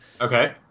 Okay